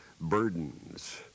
burdens